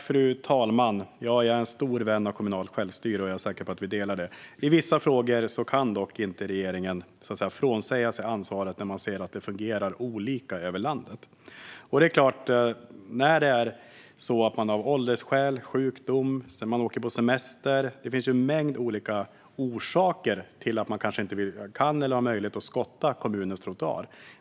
Fru talman! Ja, jag är en stor vän av kommunalt självstyre, och jag är säker på att vi delar den uppfattningen. I vissa frågor kan dock inte regeringen frånsäga sig ansvaret när man ser att det fungerar olika över landet. Det finns en mängd olika orsaker till att man kanske inte kan skotta kommunens trottoar - det kan handla om ålder, sjukdom eller att man åker på semester.